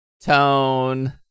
Tone